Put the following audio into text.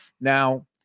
Now